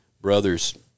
brother's